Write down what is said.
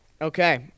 Okay